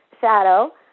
shadow